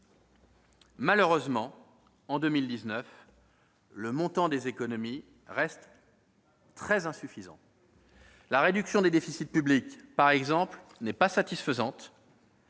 Malheureusement, en 2019, le montant des économies reste très insuffisant. La réduction des déficits publics, par exemple, n'est pas satisfaisante.